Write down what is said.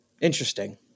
Interesting